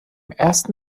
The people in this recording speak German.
ersten